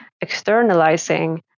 externalizing